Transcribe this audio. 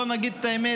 בואו נגיד את האמת,